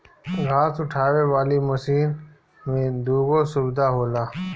घास उठावे वाली मशीन में दूगो सुविधा होला